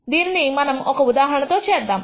దీనిని మనం ఒక ఉదాహరణ తో చేద్దాం